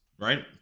right